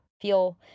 Feel